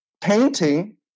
painting